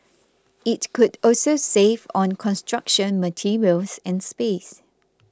it could also save on construction materials and space